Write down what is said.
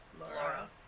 Laura